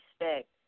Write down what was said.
respect